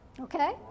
Okay